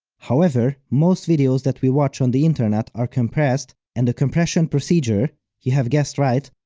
however, most videos that we watch on the internet are compressed, and the compression procedure you have guessed right,